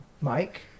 Mike